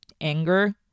anger